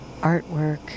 artwork